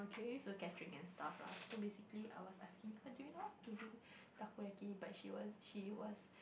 so and stuff lah so basically I was asking her do you know how to do Takoyaki but she was she was